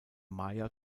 maja